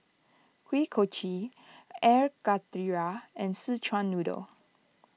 Kuih Kochi Air Karthira and Szechuan Noodle